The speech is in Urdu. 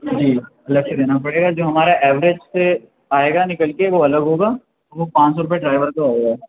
جی الگ سے دینا پڑے گا جو ہمارا ایوریج سے آئے گا نکل کے وہ الگ ہوگا وہ پانچ سو روپے ڈرائیور کا ہوگا